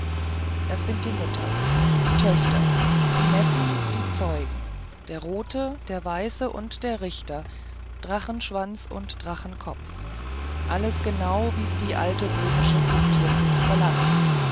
das sind die mütter die töchter die neffen die zeugen der rote der weiße und der richter drachenschwanz und drachenkopf alles genau wie's die alte böhmische punktierkunst verlangt